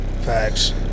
Facts